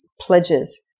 pledges